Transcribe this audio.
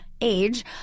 age